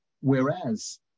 whereas